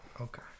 Okay